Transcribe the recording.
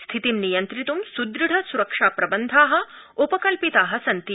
स्थितिं नियन्त्रित् सृदृढ स्रक्षा प्रबन्धा उपकल्पिता सन्ति